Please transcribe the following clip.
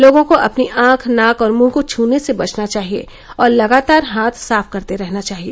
लोगों को अपनी आंख नाक और मुंह को छूने से बचना चाहिए और लगातार हाथ साफ करते रहना चाहिए